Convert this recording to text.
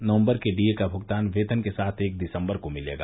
नवम्बर के डीए का भुगतान वेतन के साथ एक दिसम्बर को मिलेगा